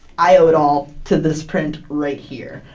i owe it all to this print right here!